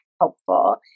helpful